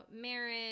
marriage